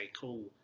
cool